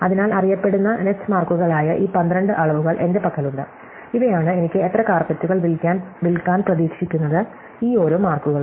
അതിനാൽ അറിയപ്പെടുന്ന നെറ്റ് മാർക്കുകളായ ഈ 12 അളവുകൾ എന്റെ പക്കലുണ്ട് ഇവയാണ് എനിക്ക് എത്ര കാര്പെറ്റുകൾ വിൽക്കാൻ പ്രതീക്ഷിക്കുന്നത് ഈ ഓരോ മാർക്കുകളും